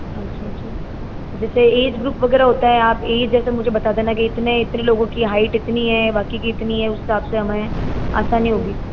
अच्छा अच्छा जैसे एज ग्रुप वगैरह होता है आप एज जैसे मुझे बता देना की इतने इतने लोगों की हाइट इतनी है बाकी की इतनी है उस हिसाब से हमें आसानी होगी